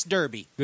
Derby